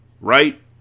right